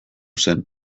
zen